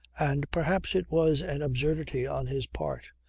and perhaps it was an absurdity on his part,